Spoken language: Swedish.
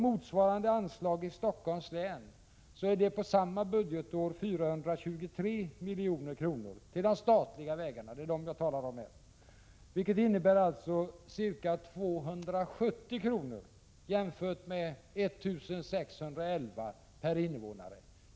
Motsvarande anslag i Stockholms län är för samma budgetår 423 milj.kr. till de statliga vägarna — det är dem jag talar om här — vilket innebär ca 270 kr. per invånare jämfört med 1 611 kr. per invånare i Jämtlands län.